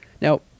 Now